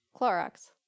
Clorox